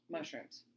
Mushrooms